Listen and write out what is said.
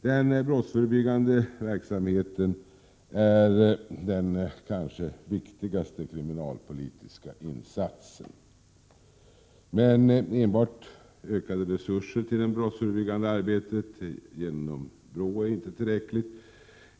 Den brottsförebyggande verksamheten är den kanske viktigaste kriminalpolitiska insatsen. Men enbart ökade resurser till det brottsförebyggande arbetet genom BRÅ är inte tillräckligt.